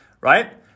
Right